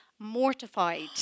Mortified